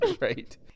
Right